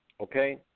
Okay